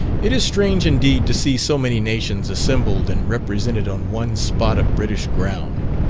it is strange indeed to see so many nations assembled and represented on one spot of british ground.